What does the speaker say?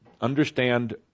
understand